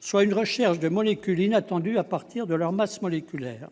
soit une recherche de molécules inattendues à partir de leur masse moléculaire.